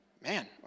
man